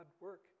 work